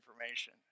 information